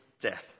death